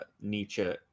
Nietzsche